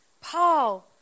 Paul